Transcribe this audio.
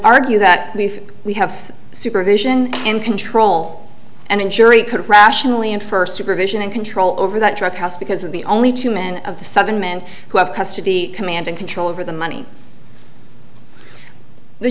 argue that if we have some supervision and control and jury could rationally and first supervision and control over that truck house because of the only two men of the seven men who have custody command and control over the money the